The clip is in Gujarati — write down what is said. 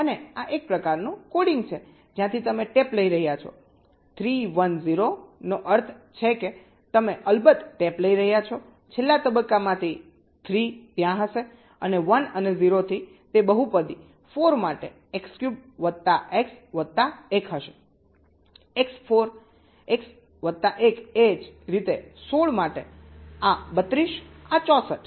અને આ એક પ્રકારનું કોડિંગ છે જ્યાંથી તમે ટેપ લઈ રહ્યા છો 3 1 0 નો અર્થ છે કે તમે અલબત્ત ટેપ લઈ રહ્યા છો છેલ્લા તબક્કામાંથી 3 ત્યાં હશે અને 1 અને 0 થી તે બહુપદી 4 માટે x ક્યુબ વત્તા x વત્તા 1 હશે x 4 x વત્તા 1 એ જ રીતે 16 માટે આ 32 આ 64